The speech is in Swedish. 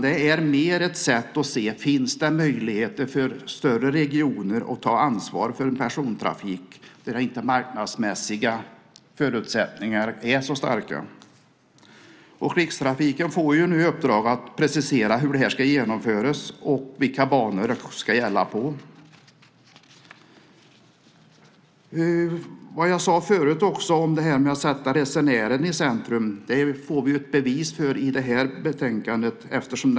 Det är mer ett sätt att se om det finns möjligheter för regioner att ta ansvar för persontrafik där de marknadsmässiga förutsättningarna inte är så starka. Rikstrafiken får nu i uppdrag att precisera hur det här ska genomföras och på vilka banor det ska gälla. Vad jag sade förut om att sätta resenären i centrum får vi ett bevis för i detta betänkande.